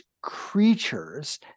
creatures